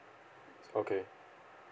okay